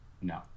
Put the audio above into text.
no